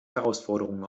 herausforderungen